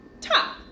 top